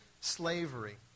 slavery